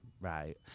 right